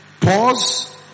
Pause